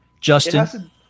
Justin